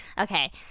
okay